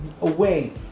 away